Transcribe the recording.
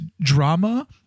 drama